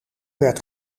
werd